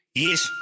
yes